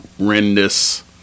horrendous